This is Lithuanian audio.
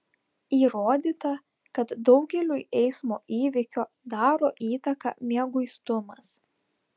įrodyta kad daugeliui eismo įvykio daro įtaką mieguistumas